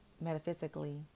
metaphysically